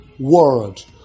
world